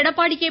Edappadi K